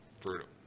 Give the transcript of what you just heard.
Brutal